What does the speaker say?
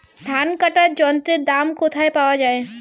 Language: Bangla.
ধান কাটার যন্ত্রের দাম কোথায় পাওয়া যায়?